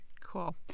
Cool